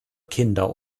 kinder